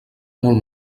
molt